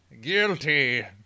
Guilty